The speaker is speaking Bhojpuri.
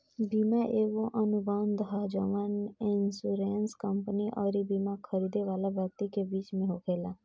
बीमा एगो अनुबंध ह जवन इन्शुरेंस कंपनी अउरी बिमा खरीदे वाला व्यक्ति के बीच में होखेला